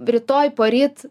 rytoj poryt